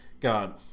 God